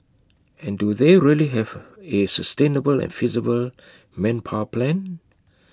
and do they really have A sustainable and feasible manpower plan